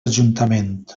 ajuntament